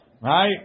Right